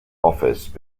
office